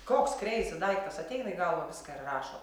koks kreizi daiktas ateina į galvą viską ir rašot